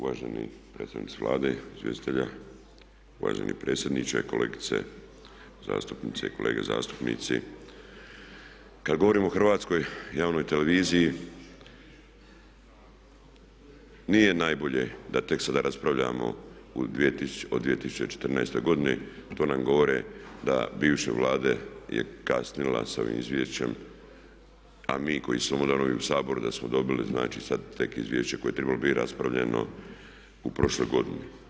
Uvaženi predstavnici Vlade, izvjestitelja, uvaženi potpredsjedniče, kolegice zastupnice i kolege zastupnici kad govorimo o Hrvatskoj javnoj televiziji nije najbolje da tek sada raspravljamo o 2014. godini, to nam govori da bivša Vlada je kasnila s ovim izvješćem a mi koji smo novoizabrani u Saboru da smo dobili znači sad tek izvješće koje je trebalo biti raspravljeno u prošloj godini.